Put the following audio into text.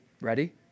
ready